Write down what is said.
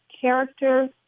character